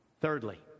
Thirdly